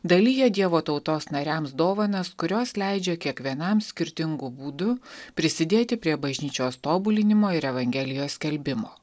dalija dievo tautos nariams dovanas kurios leidžia kiekvienam skirtingu būdu prisidėti prie bažnyčios tobulinimo ir evangelijos skelbimo